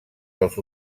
dels